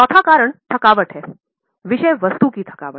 चौथा कारण थकावट है विषय वस्तु की थकावट